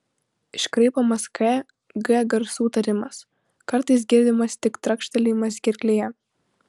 iškraipomas k g garsų tarimas kartais girdimas tik trakštelėjimas gerklėje